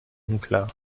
unklar